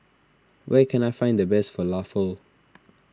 where can I find the best Falafel